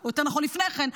או יותר נכון לפני כן,